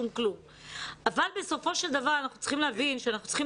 בל בסופו של דבר אנחנו צריכים להבין שאנחנו צריכים